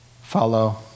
Follow